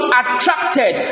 attracted